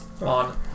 on